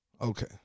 Okay